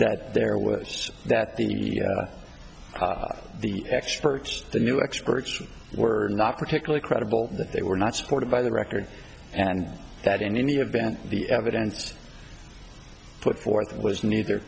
that there was that the experts the new experts were not particularly credible that they were not supported by the record and that in any event the evidence put forth was neither